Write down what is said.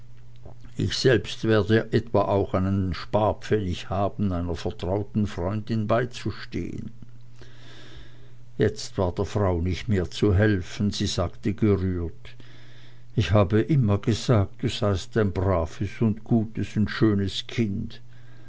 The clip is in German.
ich selbst werde auch etwa einen sparpfennig haben einer vertrauten freundin beizustehen jetzt war der frau nicht mehr zu helfen sie sagte gerührt ich habe immer gesagt du seist ein braves und gutes und schönes kind